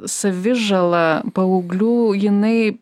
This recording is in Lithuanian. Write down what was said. savižala paauglių jinai